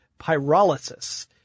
pyrolysis